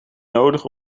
nodig